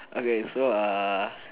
okay so err